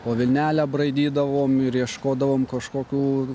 po vilnelę braidydavom ir ieškodavom kažkokių